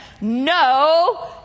no